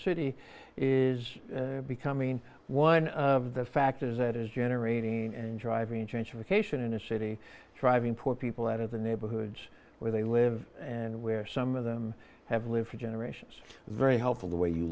city is becoming one of the factors that is generating enjoy having a change of occasion in a city driving poor people out of the neighborhoods where they live and where some of them have lived for generations very helpful the way you